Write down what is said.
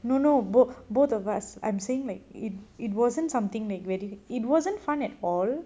no no both both of us I'm saying like it it wasn't something that you actually it wasn't fun at all